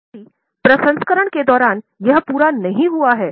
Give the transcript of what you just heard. यदि प्रसंस्करण के दौरानयह पूरा नहीं हुआ है